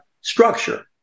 structure